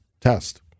test